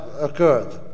occurred